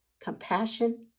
compassion